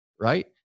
right